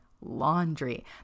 laundry